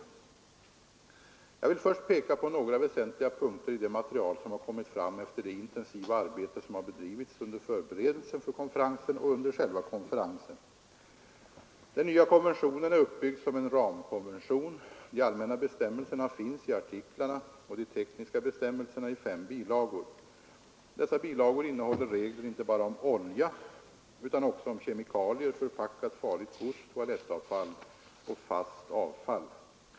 Jag vill först peka på några väsentliga punkter i det material som har kommit fram efter det intensiva arbete som har bedrivits under förberedelsen för konferensen och under själva konferensen. Den nya konventionen är uppbyggd som en ramkonvention. De allmänna bestämmelserna finns i artiklarna och de tekniska bestämmelserna i fem bilagor. Dessa bilagor innehåller regler inte bara om olja utan också om kemikalier, förpackat farligt gods, toalettavfall och fast avfall.